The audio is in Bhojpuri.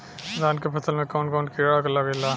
धान के फसल मे कवन कवन कीड़ा लागेला?